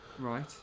Right